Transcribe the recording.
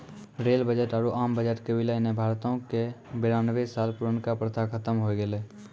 rail budget आरु आम budget के विलय ने भारतो के बेरानवे साल पुरानका प्रथा खत्म होय गेलै